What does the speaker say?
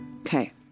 Okay